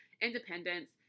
independence